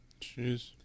Jeez